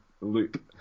loop